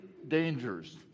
dangers